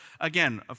again